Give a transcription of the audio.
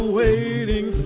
waiting